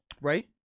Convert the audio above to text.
Right